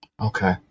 Okay